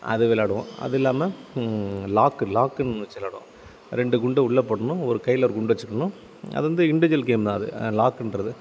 அது விளாடுவோம் அது இல்லாமல் லாக் லாக்குன்னு வச்சு விளாடுவோம் ரெண்டு குண்டு உள்ளே போட்டுட்டணும் ஒரு கையில் ஒரு குண்டு வச்சிக்கணும் அது வந்து இன்டிஜுவல் கேம் தான் அது லாக்குன்கிறது